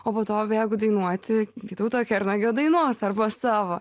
o po to bėgu dainuoti vytauto kernagio dainos arba savo